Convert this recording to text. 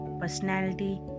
personality